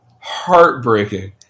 heartbreaking